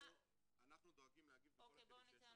--- אנחנו דואגים להגיב בכל הכלים שיש לנו,